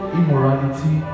immorality